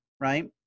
right